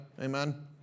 amen